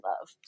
love